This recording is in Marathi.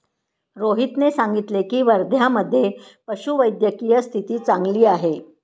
रोहितने सांगितले की, वर्ध्यामधे पशुवैद्यकीय स्थिती चांगली आहे